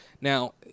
Now